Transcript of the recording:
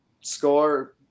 score